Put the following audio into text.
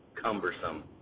cumbersome